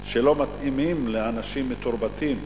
שלא מתאימים לאנשים מתורבתים.